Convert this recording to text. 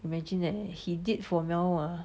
imagine eh he did for mel ah